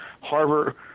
harbor